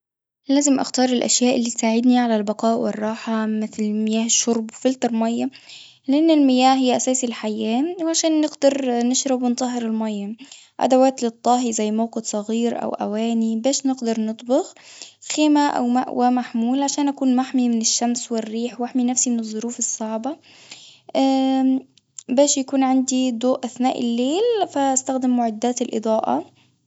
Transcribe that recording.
لازم أختار الأشياء اللي تساعدني على البقاء والراحة مثل مياه الشرب فلتر مية، لإن المياه هي أساس الحياة عشان نقدر نشرب ونطهر الماية، أدوات للطهي زي موقد صغير أو أواني باش نقدر نطبخ خيمة أو مأوى محمولة شان أكون محمي من الشمس والريح واحمي نفسي من الظروف صعبة، باش يكون عندي ضوء أثناء الليل فاستخدم معدات الإضاءة.